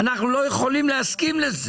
ואנחנו לא יכולים להסכים לזה.